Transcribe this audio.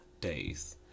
days